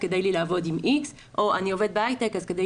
אז כדאי לי לעבוד עם X" או "אני עובד בהייטק אז כדאי